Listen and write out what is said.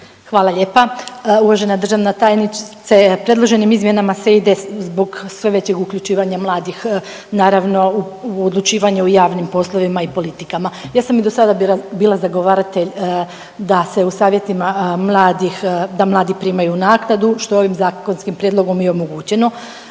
Hvala lijepa. Uvažena državna tajnice, predloženim izmjenama se ide zbog sve većeg uključivanja mladih, naravno u odlučivanje o javnim poslovima i politikama. Ja sam i do sada bila zagovaratelj da se u savjetima mladih, da mladi primaju naknadu, što ovim zakonskim prijedlogom i omogućeno.